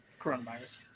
coronavirus